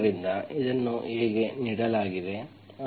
ಆದ್ದರಿಂದ ಇದನ್ನು ಹೇಗೆ ನೀಡಲಾಗಿದೆ ಆದ್ದರಿಂದ